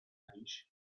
riche